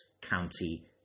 County